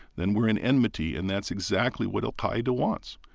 then we're in enmity. and that's exactly what al-qaeda wants.